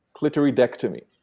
clitoridectomy